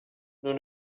nous